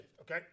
Okay